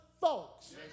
folks